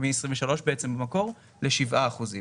מ-23 בעצם במקור ל-7 אחוזים.